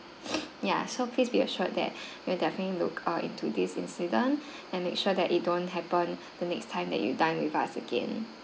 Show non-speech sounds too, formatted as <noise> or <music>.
<noise> ya so please be assured that <breath> we'll definitely look err into this incident and make sure that it don't happen the next time that you dine with us again